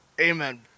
Amen